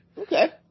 Okay